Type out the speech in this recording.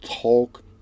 talk